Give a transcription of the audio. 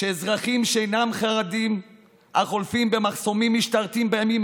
אזרחים שאינם חרדים החולפים במחסומים משטרתיים בימים